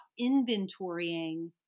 inventorying